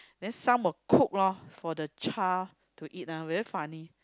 then some will cook loh for the child to eat ah very funny